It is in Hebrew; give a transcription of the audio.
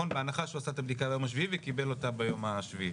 בהנחה שהוא עשה את הבדיקה ביום השביעי וקיבל אותה ביום השביעי.